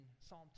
Psalm